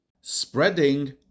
Spreading